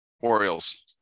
Orioles